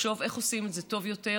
לחשוב איך עושים את זה טוב יותר.